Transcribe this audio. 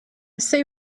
say